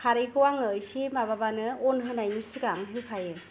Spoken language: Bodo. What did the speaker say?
खारैखौ आङो एसे माबाबानो अन होनायनि सिगां होखायो